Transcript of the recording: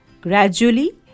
Gradually